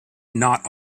not